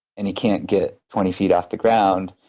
and he can't get twenty feet off the ground.